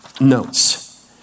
notes